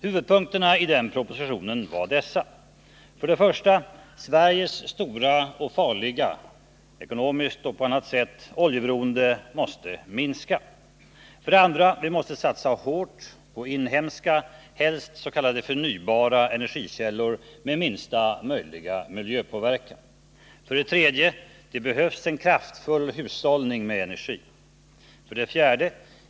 Huvudpunkterna i den propositionen var dessa: 1. Sveriges stora och farliga — ekonomiskt och på annat sätt — oljeberoende måste minska. 2. Vimåste satsa hårt på inhemska, helst s.k. förnybara, energikällor med minsta möjliga miljöpåverkan. 3. Det behövs en kraftfull hushållning med energi. 4.